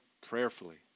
prayerfully